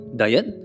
diet